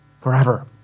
forever